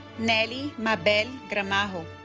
nelly mabel gramajo